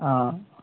ఆ